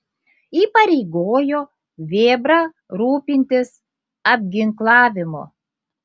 įpareigojo vėbrą rūpintis apginklavimu